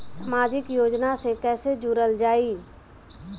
समाजिक योजना से कैसे जुड़ल जाइ?